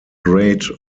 great